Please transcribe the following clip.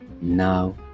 now